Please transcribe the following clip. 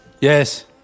Yes